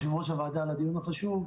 יושבת-ראש הוועדה על הדיון החשוב,